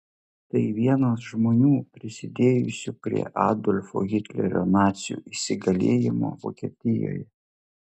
tai vienas žmonių prisidėjusių prie adolfo hitlerio nacių įsigalėjimo vokietijoje